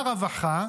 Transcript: אמר רב אחא: